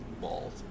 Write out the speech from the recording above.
bald